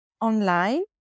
online